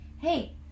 hey